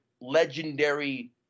legendary